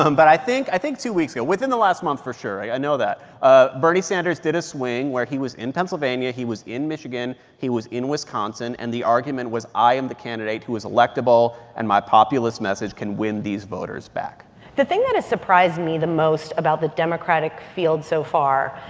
um but i think i think two weeks ago within the last month for sure, i know that ah bernie sanders did a swing where he was in pennsylvania. he was in michigan. he was in wisconsin. and the argument was, i am the candidate who is electable, and my populist message can win these voters back the thing that has surprised me the most about the democratic field so far,